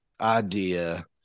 idea